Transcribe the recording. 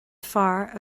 fear